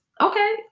okay